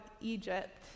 Egypt